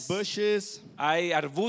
bushes